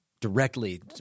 directly